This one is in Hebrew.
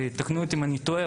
תקנו אותי אם אני טועה,